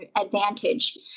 advantage